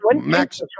Max